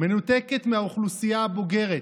מנותקת מהאוכלוסייה הבוגרת,